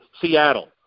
Seattle